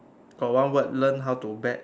got one word learn how to bet